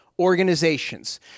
organizations